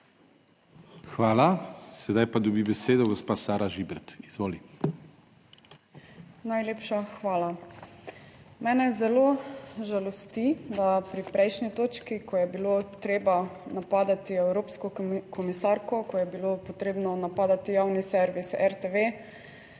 Hvala. Sedaj pa dobi besedo gospa Sara Žibert. Izvoli. **SARA ŽIBRAT (PS Svoboda):** Najlepša hvala. Mene zelo žalosti, da pri prejšnji točki, ko je bilo treba napadati evropsko komisarko, ko je bilo potrebno napadati javni servis RTV,